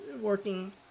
working